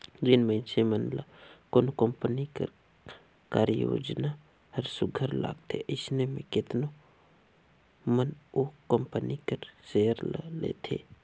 जेन मइनसे मन ल कोनो कंपनी कर कारयोजना हर सुग्घर लागथे अइसे में केतनो मन ओ कंपनी कर सेयर ल लेथे